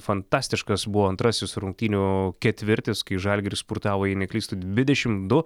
fantastiškas buvo antrasis rungtynių ketvirtis kai žalgiris spurtavo jei neklystu dvidešimt du